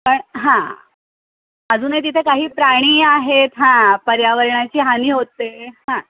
प हां अजूनही तिथे काही प्राणी आहेत हां पर्यावरणाची हानी होते हां